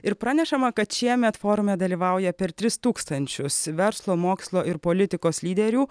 ir pranešama kad šiemet forume dalyvauja per tris tūkstančius verslo mokslo ir politikos lyderių